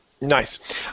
Nice